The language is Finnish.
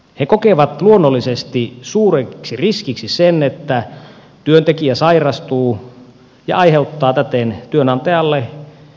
he kokevat luonnollisesti suureksi riskiksi sen että työntekijä sairastuu ja aiheuttaa täten työnantajalle kustannuksia